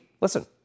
Listen